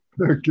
Okay